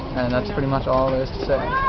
and that's pretty much all there